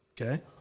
Okay